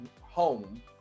home